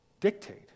dictate